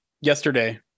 yesterday